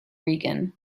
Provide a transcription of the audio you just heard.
reagan